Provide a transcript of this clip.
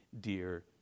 dear